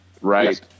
right